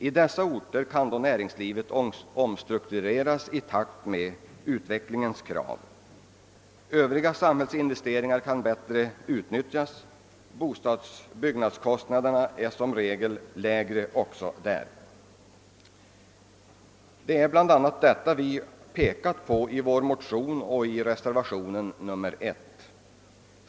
I dessa orter kan näringslivet då omstruktureras i takt med utvecklingens krav. Övriga samhällsinvesteringar kan bättre utnyttjas, och bostadsoch byggnadskostnaderna är som regel lägre också där. Det är bland annat detta vi pekat på i vår motion och i reservationen 1.